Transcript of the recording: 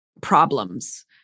problems